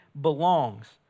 belongs